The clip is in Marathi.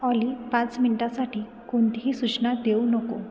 ऑली पाच मिनिटासाठी कोणतीही सूचना देऊ नको